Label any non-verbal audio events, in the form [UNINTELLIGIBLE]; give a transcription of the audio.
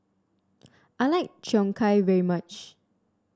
I like Cheong [UNINTELLIGIBLE] very much